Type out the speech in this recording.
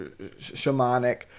shamanic